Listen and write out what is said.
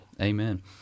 Amen